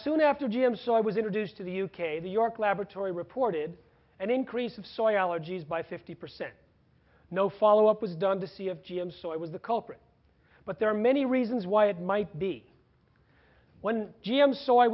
soon after g m so i was introduced to the u k the york laboratory reported an increase of soy allergies by fifty percent no follow up was done to see if g m soy it was the culprit but there are many reasons why it might be when g m so i